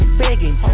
begging